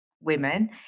women